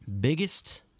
Biggest